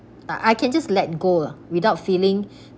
ah I can just let go ah without feeling